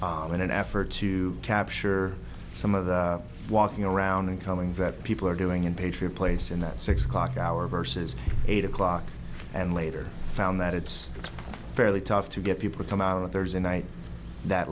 in an effort to capture some of the walking around and comings that people are doing in patriot place in that six o'clock hour versus eight o'clock and later found that it's it's fairly tough to get people to come out there's a night that